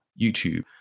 YouTube